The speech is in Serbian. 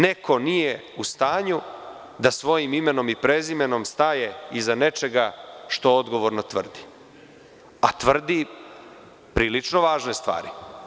Neko nije u stanju da svojim imenom i prezimenom staje iza nečega što odgovorno tvrdi, a tvrdi prilično važne stvari.